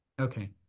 Okay